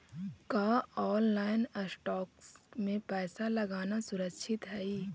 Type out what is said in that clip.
का online stocks में पैसा लगाना सुरक्षित हई